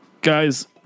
Guys